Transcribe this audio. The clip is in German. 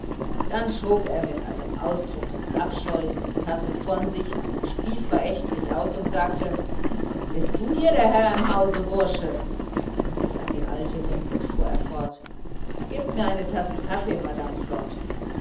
dann schob er mit einem ausdruck des abscheues die tasse von sich spie verächtlich aus und sagte bist du hier herr im hause bursche und sich an die alte wendend fuhr er fort gebt mir eine tasse kaffee madame flod